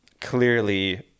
clearly